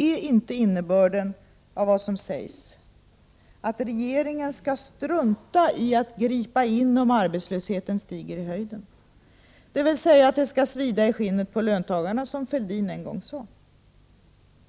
Är inte innebörden av vad som sägs att regeringen skall strunta i att gripa in om arbetslösheten stiger i höjden, dvs. att det skall ”svida i skinnet” på löntagarna, som Fälldin en gång uttryckte